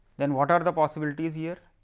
then what are the possibilities here?